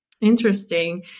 Interesting